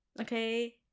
Okay